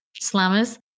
slammers